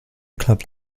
club